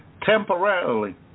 temporarily